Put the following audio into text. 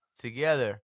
Together